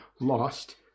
lost